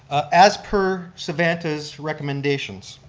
as per savanta's recommendations.